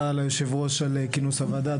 ליושב-ראש על כינוס הוועדה.